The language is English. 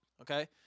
Okay